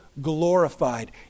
glorified